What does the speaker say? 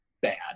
bad